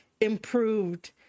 improved